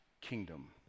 kingdom